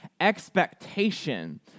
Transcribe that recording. expectation